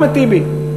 אחמד טיבי.